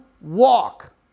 walk